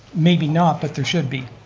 maybe not, but there should be.